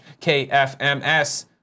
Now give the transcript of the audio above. KFMS